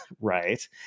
right